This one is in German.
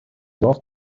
dorf